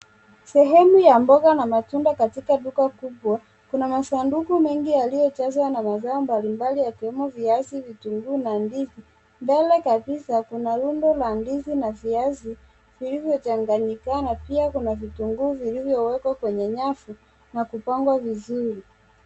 Sehemu ya mboga na matunda katika duka kubwa kuna masanduku mengi yaliyojazwa na mazao mbalimbali yakiwemo viazi vitunguu na ndizi. Mbele kabisa kuna rundo la ndizi na viazi vilivyochanganyikana pia kuna vitunguu vilivyowekwa kwenye nyavu na kupangwa vizuri.